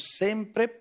sempre